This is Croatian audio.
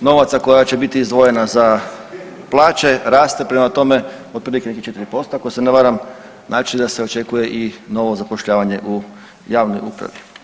novaca koja će biti izdvojena za plaće raste, prema tome otprilike nekih 4% ako se ne varam, znači da se očekuje i novo zapošljavanje u javnoj upravi.